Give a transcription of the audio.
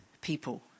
people